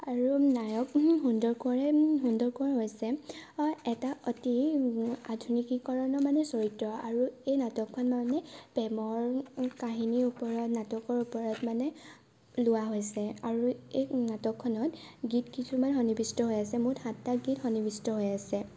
আৰু নায়ক সুন্দৰ কোঁৱৰে সুন্দৰ কোঁৱৰ হৈছে এটা অতি আধুনিকীকৰণৰ মানে চৰিত্ৰ আৰু এই নাটকখনত মানে প্ৰেমৰ কাহিনীৰ ওপৰত নাটকৰ ওপৰত মানে লোৱা হৈছে আৰু এই নাটকখনত গীত কিছুমান সন্নিৱিষ্ট হৈ আছে মুঠ সাতটা গীত সন্নিৱিষ্ট হৈ আছে